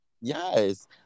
Yes